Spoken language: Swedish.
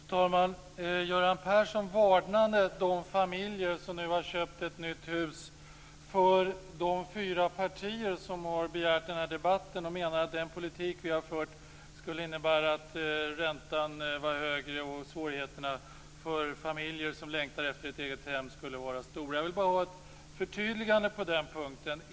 Fru talman! Göran Persson varnade de familjer som nu har köpt ett nytt hus för de fyra partier som har begärt denna debatt. Han menar att den politik vi har fört skulle innebära högre ränta och att svårigheterna för familjer som längtar efter ett eget hem skulle vara stora. Jag vill bara ha ett förtydligande på den punkten.